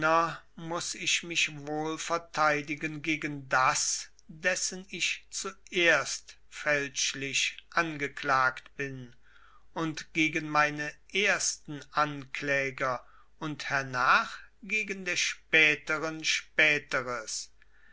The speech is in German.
muß ich mich wohl verteidigen gegen das dessen ich zuerst fälschlich angeklagt bin und gegen meine ersten ankläger und hernach gegen der späteren späteres